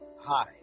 Hi